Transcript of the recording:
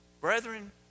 Brethren